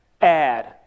add